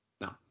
No